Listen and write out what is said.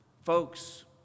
Folks